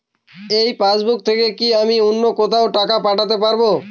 এই পাসবুক থেকে কি আমি অন্য কোথাও টাকা পাঠাতে পারব?